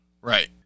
right